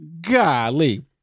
golly